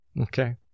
Okay